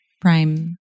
Prime